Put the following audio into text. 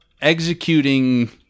executing